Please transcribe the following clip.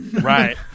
Right